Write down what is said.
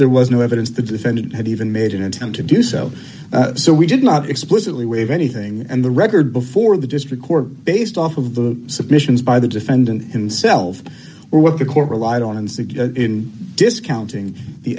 there was no evidence the defendant had even made an attempt to do so so we did not explicitly waive anything and the record before the district court based off of the submissions by the defendant himself or what the court relied on and suggest in discounting the